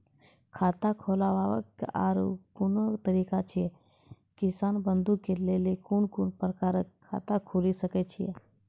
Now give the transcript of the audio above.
खाता खोलवाक आर कूनू तरीका ऐछि, किसान बंधु के लेल कून कून प्रकारक खाता खूलि सकैत ऐछि?